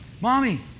Mommy